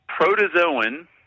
protozoan